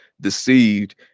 deceived